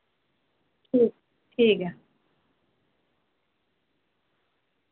ٹھیک ٹھیک ہے